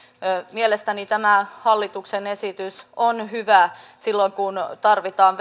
mielestäni tämä hallituksen esitys on hyvä silloin kun tarvitaan